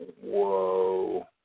whoa